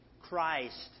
Christ